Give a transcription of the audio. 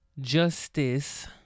justice